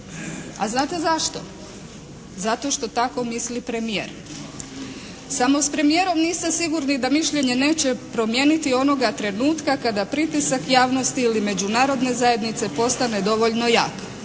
a znate zašto, zato što tako misli i premijer. Samo s premijerom niste sigurni da mišljenje neće promijeniti onoga trenutka kada pritisak javnosti ili međunarodne zajednice postane dovoljno jak,